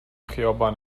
خیابان